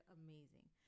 amazing